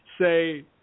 say